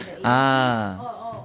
ah